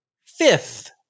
fifth